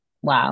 wow